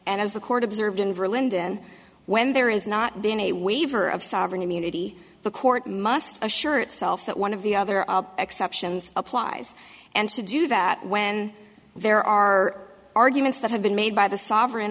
and as the court observed in berlin when there is not been a waiver of sovereign immunity the court must assure itself that one of the other exceptions applies and to do that when there are arguments that have been made by the sovereign